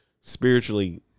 spiritually